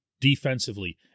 defensively